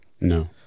no